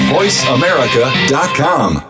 VoiceAmerica.com